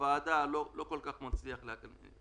מצליח להבין.